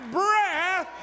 breath